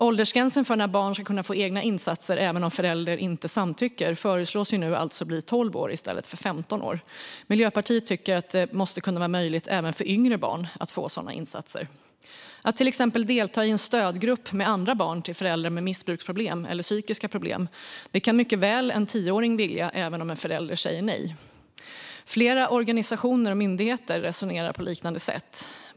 Åldersgränsen för när barn ska kunna få egna insatser, även om en förälder inte samtycker, föreslås nu bli 12 år i stället för 15 år. Miljöpartiet tycker att det måste kunna vara möjligt även för yngre barn att få sådana insatser. Att till exempel delta i en stödgrupp med andra barn till föräldrar med missbruksproblem eller psykiska problem kan en tioåring mycket väl vilja även om en förälder säger nej. Flera organisationer och myndigheter resonerar på liknande sätt.